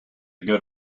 good